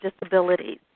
disabilities